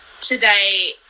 Today